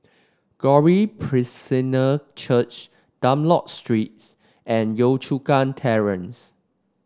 Glory Presbyterian Church Dunlop Streets and Yio Chu Kang Terrace